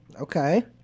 Okay